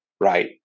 right